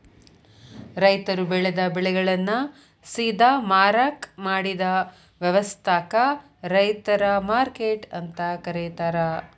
ರೈತರು ಬೆಳೆದ ಬೆಳೆಗಳನ್ನ ಸೇದಾ ಮಾರಾಕ್ ಮಾಡಿದ ವ್ಯವಸ್ಥಾಕ ರೈತರ ಮಾರ್ಕೆಟ್ ಅಂತ ಕರೇತಾರ